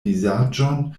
vizaĝon